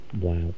wow